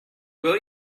will